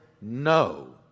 No